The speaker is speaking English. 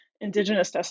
indigenous